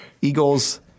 Eagles